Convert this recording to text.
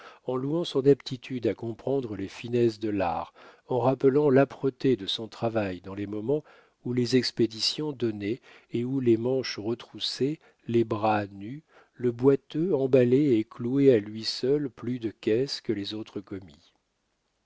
en louant son aptitude à comprendre les finesses de l'art en rappelant l'âpreté de son travail dans les moments où les expéditions donnaient et où les manches retroussées les bras nus le boiteux emballait et clouait à lui seul plus de caisses que les autres commis